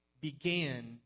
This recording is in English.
began